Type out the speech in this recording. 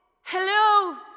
Hello